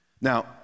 Now